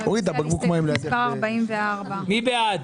רוויזיה על הסתייגות מס' 5. מי בעד,